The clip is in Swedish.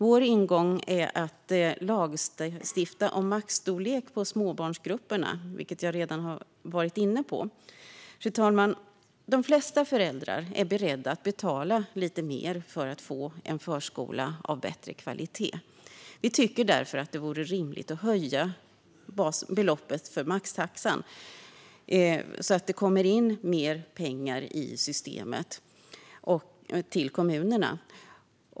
Vår ingång är att lagstifta om maxstorlek på småbarnsgrupperna, vilket jag redan har varit inne på. Fru talman! De flesta föräldrar är beredda att betala lite mer för att få en förskola av bättre kvalitet. Vi tycker därför att det vore rimligt att höja beloppet för maxtaxan så att det kommer in mer pengar i systemet och till kommunerna.